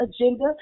agenda